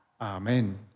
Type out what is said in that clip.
Amen